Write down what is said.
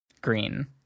green